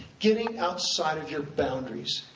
getting outside of your boundaries.